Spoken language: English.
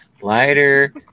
Lighter